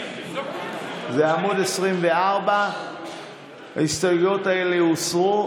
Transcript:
זה בעמ' 24. ההסתייגויות האלה הוסרו.